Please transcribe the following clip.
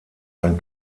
ein